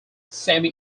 semi